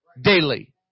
daily